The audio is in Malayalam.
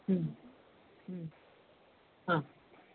മ്മ് മ്മ് ആ